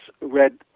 read